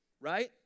Right